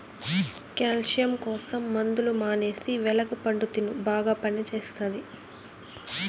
calcium కోసం మందులు మానేసి వెలగ పండు తిను బాగా పనిచేస్తది